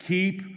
Keep